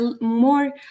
more